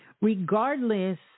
regardless